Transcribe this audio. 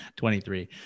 23